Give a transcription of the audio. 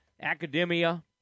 academia